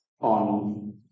on